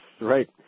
right